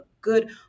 good